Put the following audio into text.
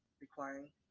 requiring